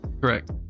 Correct